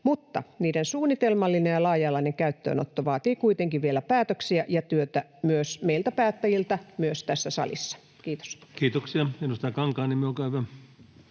mutta niiden suunnitelmallinen ja laaja-alainen käyttöönotto vaatii kuitenkin vielä päätöksiä ja työtä myös meiltä päättäjiltä, myös tässä salissa. — Kiitos. [Speech 187] Speaker: